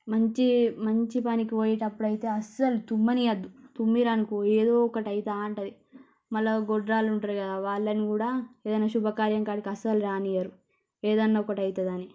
మంచి మంచి పనికి పోయేటప్పుడు అయితే అసలు తిమ్మనియొద్ద తుమ్మిరనుకో ఏదో ఒకటి అయితా అంటుంది మళ్ళా గొడ్రాలు ఉంటారు కదా వాళ్ళని కూడా ఏదన్నా శుభకార్యం కాడికి అస్సలు రానియ్యరు ఏదన్న ఒకటి అవుతుంది అని